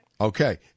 Okay